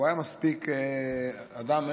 והוא היה מספיק אדם,